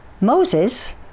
Moses